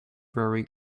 very